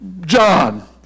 John